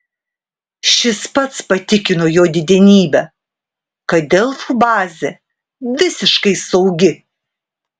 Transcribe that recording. šis pats patikino jo didenybę kad delfų bazė visiškai saugi